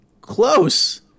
Close